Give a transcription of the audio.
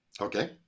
Okay